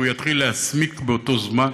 הוא יתחיל להסמיק באותו זמן.